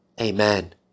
Amen